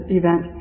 event